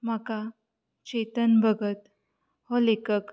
म्हाका चेतन भगत हो लेखक